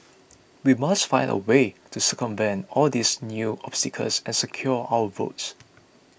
we must find a way to circumvent all these new obstacles and secure our votes